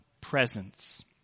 presence